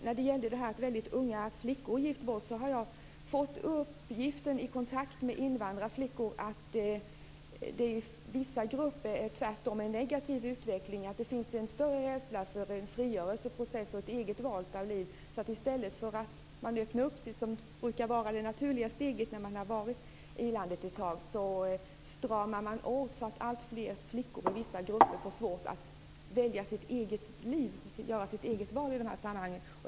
När det gäller att väldigt unga flickor gifts bort, har jag vid kontakt med invandrarflickor fått uppgiften att det i vissa grupper är en negativ utveckling, att det finns en stor rädsla för en frigörelseprocess och ett eget val av liv. I stället för att man öppnar sig, som är det naturliga steget när man har varit i landet en tid, stramar man åt så att alltfler flickor och vissa grupper får svårt att välja sitt eget liv och göra sitt eget val i de här sammanhangen.